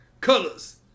Colors